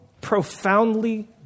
profoundly